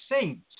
saints